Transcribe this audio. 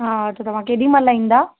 हा त तव्हां केॾीमहिल ईंदा